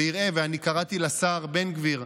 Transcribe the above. ואני קראתי לשר בן גביר,